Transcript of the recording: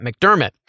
McDermott